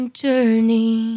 journey